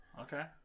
okay